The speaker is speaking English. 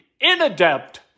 inadept